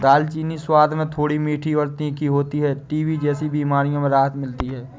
दालचीनी स्वाद में थोड़ी मीठी और तीखी होती है टीबी जैसी बीमारियों में राहत मिलती है